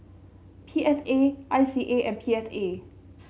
P S A I C A and P S A